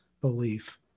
belief